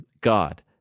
God